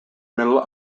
middle